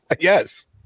Yes